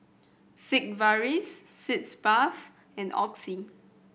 Sigvaris Sitz Bath and Oxy